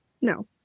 No